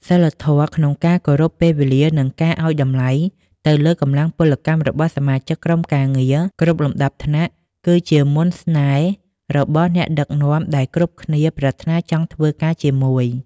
សីលធម៌ក្នុងការគោរពពេលវេលា និងការឱ្យតម្លៃទៅលើកម្លាំងពលកម្មរបស់សមាជិកក្រុមការងារគ្រប់លំដាប់ថ្នាក់ គឺជាមន្តស្នេហ៍របស់អ្នកដឹកនាំដែលគ្រប់គ្នាប្រាថ្នាចង់ធ្វើការជាមួយ។